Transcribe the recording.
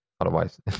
otherwise